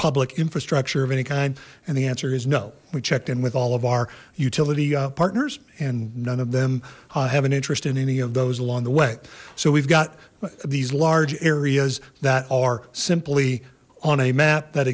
public infrastructure of any kind and the answer is no we checked in with all of our utility partners and none of them have an interest in any of those along the way so we've got these large areas that are simply on a map that